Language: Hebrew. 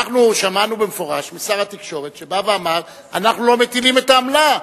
שמענו במפורש משר התקשורת שבא ואמר: אנחנו לא מטילים את העמלה,